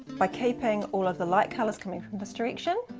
by keeping all of the light colors coming from this direction,